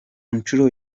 nshuro